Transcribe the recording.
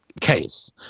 case